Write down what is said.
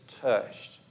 touched